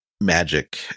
magic